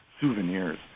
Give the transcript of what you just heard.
souvenirs